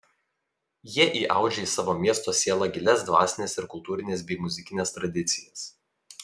jie įaudžia į savo miesto sielą gilias dvasines ir kultūrines bei muzikines tradicijas